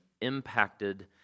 impacted